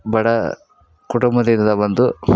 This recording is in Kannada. ಬಡ ಕುಟುಂಬದಿಂದ ಬಂದು